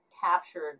captured